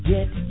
Get